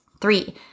three